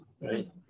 Right